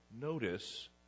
Notice